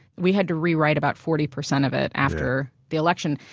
we had to rewrite about forty percent of it after the election.